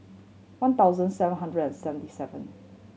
one thousand seven hundred and seventy seven